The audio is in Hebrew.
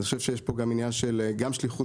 אני חושב שיש פה גם עניין של גם שליחות